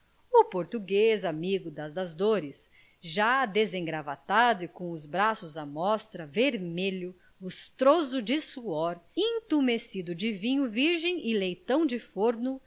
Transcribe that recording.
o português amigo da das dores já desengravatado e com os braços à mostra vermelho lustroso de suor intumescido de vinho virgem e leitão de forno